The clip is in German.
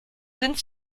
sind